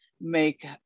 make